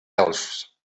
elfs